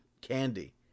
candy